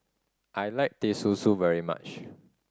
I like Teh Susu very much